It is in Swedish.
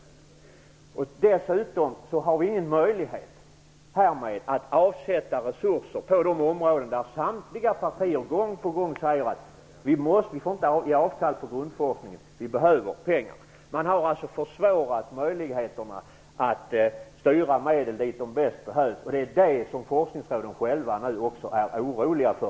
Dessutom har vi ingen möjlighet att avsätta resurser för de områden där samtliga partier gång på gång säger att vi inte får göra avkall på grundforskningen, vi behöver pengarna. Man har alltså försvårat möjligheterna att styra medlen dit de bäst behövs. Det är denna utveckling som forskningsråden nu är oroliga för.